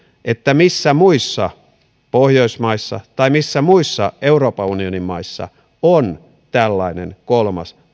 missä muissa pohjoismaissa tai missä muissa euroopan unionin maissa on tällainen kolmas